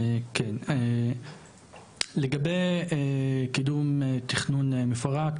לגבי קידום תכנון מפורט,